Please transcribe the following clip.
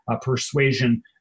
persuasion